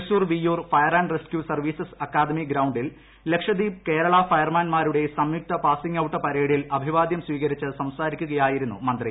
Thrissur Viyyur fire and rescue services academy ഗ്രൌ ിൽ ലക്ഷദ്വീപ് കേരള ഫയർമാൻമാരുടെ സംയുക്ത പാസിംഗ് ഔട്ട് പരേഡിൽ അഭിവാദ്യം സ്വീകരിച്ചു സംസാരിക്കുകയായിരുന്നു മന്ത്രി